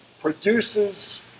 produces